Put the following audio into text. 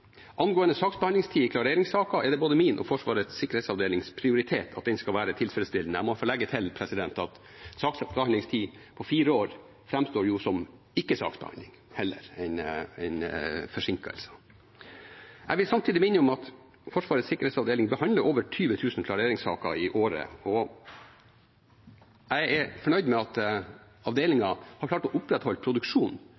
Angående saksbehandlingstid i klareringssaker er det både min og Forsvarets sikkerhetsavdelings prioritet at den skal være tilfredsstillende. Jeg må få legge til at en saksbehandlingstid på fire år framstår jo som ikke-saksbehandling heller en forsinkelse. Jeg vil samtidig minne om at Forsvarets sikkerhetsavdeling behandler over 20 000 klareringssaker i året. Jeg er fornøyd med at